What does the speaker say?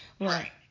Right